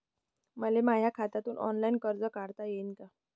मले माया खात्यातून ऑनलाईन कर्ज काढता येईन का?